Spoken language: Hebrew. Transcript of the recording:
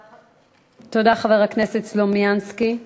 תודה, חבר הכנסת סלומינסקי.